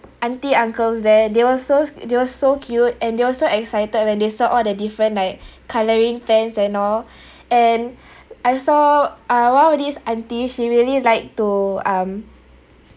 auntie uncles there they were so they were so cute and they were so excited when they saw all the different like colouring pen and all and I saw ah one of this auntie she really like to um